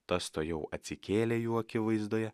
tas tuojau atsikėlė jų akivaizdoje